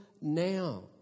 now